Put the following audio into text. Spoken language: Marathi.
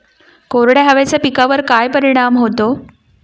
कोरड्या हवेचा पिकावर काय परिणाम होतो?